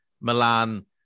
Milan